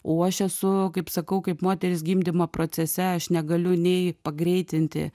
o aš esu kaip sakau kaip moteris gimdymo procese aš negaliu nei pagreitinti